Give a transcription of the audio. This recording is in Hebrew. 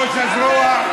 ראש הזרוע,